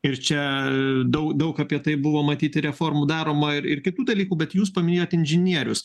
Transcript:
ir čia daug daug apie tai buvo matyti reformų daroma ir kitų dalykų bet jūs paminėjot inžinierius